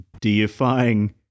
deifying